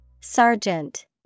Sergeant